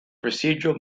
procedural